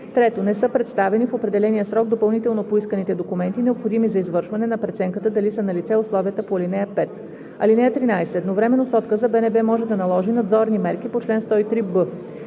3. не са представени в определения срок допълнително поисканите документи, необходими за извършване на преценката дали са налице условията по ал. 5. (13) Едновременно с отказа БНБ може да наложи надзорни мерки по чл. 103б.